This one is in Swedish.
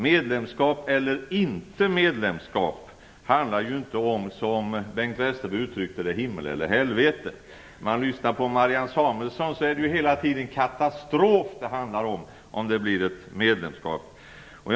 Medlemskap eller inte medlemskap handlar ju inte om, som Bengt Westerberg uttryckte det, himmel eller helvete. När man lyssnar till Marianne Samuelsson får man hela tiden höra att det handlar om en katastrof om det blir ett medlemskap för Sveriges del.